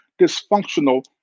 dysfunctional